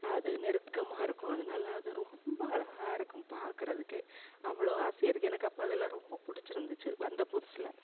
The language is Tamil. அது நெருக்கமாக இருக்கும் அதனால அது ரொம்ப அழகாருக்கும் பார்க்கறதுக்கே அவ்வளோ ஆசையாக இருக்கு எனக்கு அப்போ அதெல்லாம் ரொம்ப பிடிச்சிருந்துச்சி வந்த புதுசில்